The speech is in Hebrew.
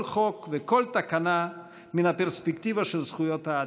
חוק וכל תקנה מן הפרספקטיבה של זכויות האדם.